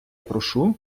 прошу